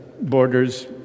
borders